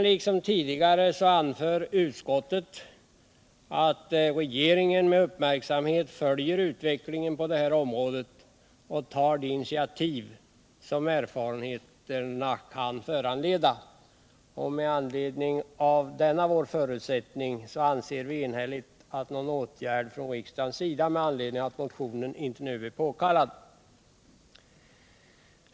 Liksom tidigare anför utskottet att regeringen med uppmärksamhet följer utvecklingen på området och tar de initiativ som erfarenheterna kan föranleda. Med anledning av denna vår förutsättning anser vi enhälligt att någon åtgärd från utskottets sida med anledning av motionen inte nu är påkallad.